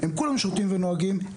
הם כולם שותים ונוהגים,